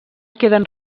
queden